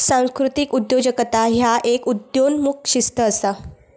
सांस्कृतिक उद्योजकता ह्य एक उदयोन्मुख शिस्त असा